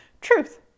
truth